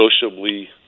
socially